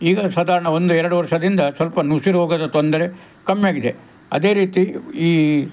ಈಗ ಸಾಧಾರಣ ಒಂದು ಎರಡು ವರ್ಷದಿಂದ ಸ್ವಲ್ಪ ನುಸಿ ರೋಗದ ತೊಂದರೆ ಕಮ್ಮಿ ಆಗಿದೆ ಅದೇ ರೀತಿ ಈ